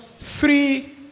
three